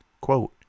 Quote